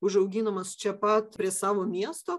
užauginamas čia pat prie savo miesto